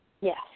Yes